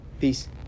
Peace